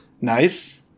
Nice